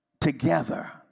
together